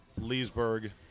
Leesburg